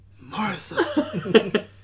Martha